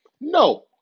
No